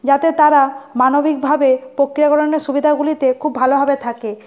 যাতে তারা মানবিকভাবে প্রক্রিয়াকরণের সুবিধাগুলিতে খুব ভালোভাবে থাকে